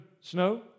snow